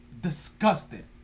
disgusted